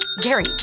Gary